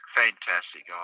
fantastic